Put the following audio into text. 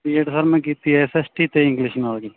BEd sir ਮੈ ਕੀਤੀ ਹੈ ਐਸ ਐਸ ਟੀ ਅਤੇ ਇੰਗਲਿਸ਼ ਨਾਲ ਜੀ